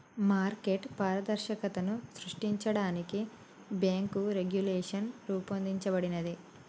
market పారదర్శకతను సృష్టించడానికి bank regulation రూపొందించబడినాది